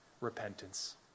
repentance